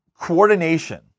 coordination